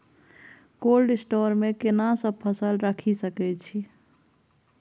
Cold store मे केना सब फसल रखि सकय छी?